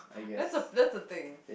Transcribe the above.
that's a that's a thing